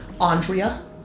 Andrea